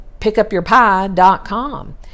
pickupyourpie.com